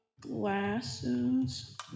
Glasses